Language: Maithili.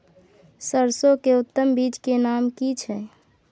सरसो के उत्तम बीज के नाम की छै?